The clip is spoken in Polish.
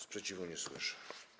Sprzeciwu nie słyszę.